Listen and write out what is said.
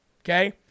Okay